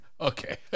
okay